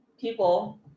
people